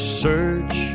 search